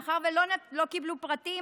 מאחר שלא קיבלו פרטים,